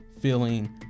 feeling